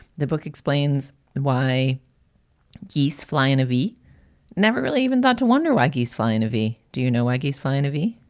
the book explains and why geese flying. harvey never really even thought to wonder why geese flying a v. do you know why geese find a v?